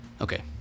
okay